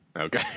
Okay